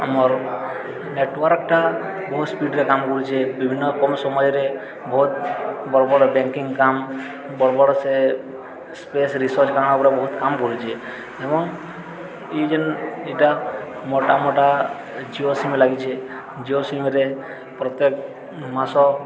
ଆମର୍ ନେଟ୍ୱାର୍କଟା ବହୁତ ସ୍ପିଡ଼୍ରେ କାମ କରୁଛେ ବିଭିନ୍ନ କମ ସମୟରେ ବହୁତ ବଡ଼ ବଡ଼ ବ୍ୟାଙ୍କିଙ୍ଗ କାମ ବଡ଼ ବଡ଼ ସ୍ପେସ୍ ରିସର୍ଚ୍ଚ କାରଣ ଉପରେ ବହୁତ କାମ କରୁଛେ ଏବଂ ଇ ଯେନ୍ ଏଇଟା ମୋଟା ମୋଟା ଜି ଓ ସିମ୍ ଲାଗିଛେ ଜି ଓ ସିମ୍ରେ ପ୍ରତ୍ୟେକ ମାସ